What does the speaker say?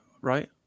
right